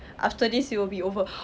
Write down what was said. after this it will be over